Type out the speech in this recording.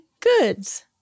Goods